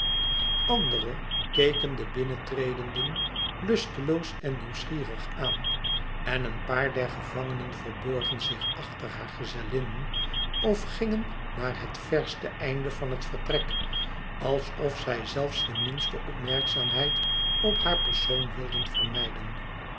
andere keken de binnentredenden lusteloos en nieuwsgierig aan en een paar der gevangenen verborgen zich achter haar gezellinnen of gingen naar het verste einde van het vertrek alsof zij zelfs de minste opmerkzaamheid op haar persoon wilden vermijden